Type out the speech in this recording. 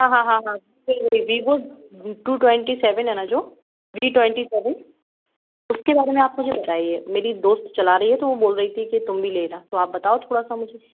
हाँ हाँ हाँ नहीं वही वीवो टू ट्वेंटी सेवन है ना जो वी ट्वेंटी सेवन उसके बारे में आप मुझे बताइए मेरी दोस्त चला रही है तो वो बोल रही थी कि तुम भी लेना तो आप बताओ थोड़ा सा मुझे